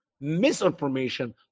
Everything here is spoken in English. misinformation